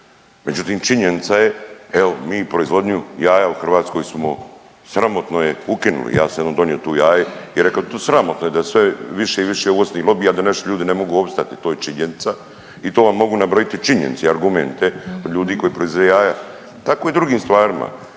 međutim činjenica je, evo mi proizvodnju jaja u Hrvatskoj smo sramotno je ukinuli. Ja sam jednom donio tu jaje i rekao tu sramotno je da sve više i više uvoznih lobija, da naši ljudi ne mogu opstati i to je činjenica i to vam mogu nabrojiti činjenice i argumente ljudi koji proizvode jaja, tako i u drugim stvarima.